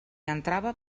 entrava